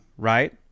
Right